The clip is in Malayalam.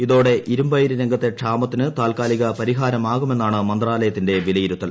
ഇതോടെ ഇരുമ്പയിര് രംഗത്തെ ക്ഷാമത്തിന് താൽക്കാലിക പരിഹാരമാകുമെന്നാണ് മന്ത്രാലയത്തിന്റെ വിലയിരുത്തൽ